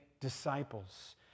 Disciples